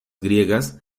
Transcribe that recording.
griegas